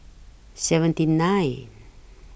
seventy nine